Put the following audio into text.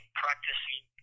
practicing